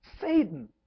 Satan